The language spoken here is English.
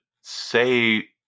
say